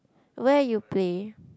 where you play